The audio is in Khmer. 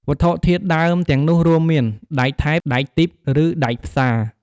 វត្ថុធាតុដើមទាំងនោះរួមមាន ដែកថែប ដែកទីប ឬដែកផ្សា។